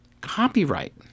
copyright